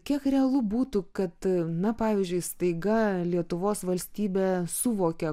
kiek realu būtų kad na pavyzdžiui staiga lietuvos valstybė suvokia